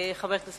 הצעות